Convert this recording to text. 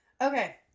Okay